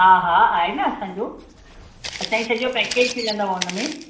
हा हा आहे न असांजो असांजो सॼो पैकेज मिलंदव हुनमें